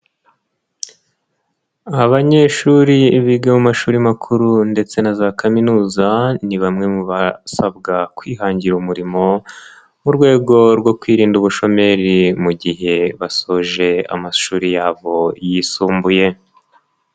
Abanyeshuri biga mu mashuri makuru ndetse na za Kaminuza, ni bamwe mu basabwa kwihangira umurimo, mu rwego rwo kwirinda ubushomeri mu gihe basoje amashuri yabo yisumbuye.